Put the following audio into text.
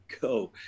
go